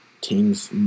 teams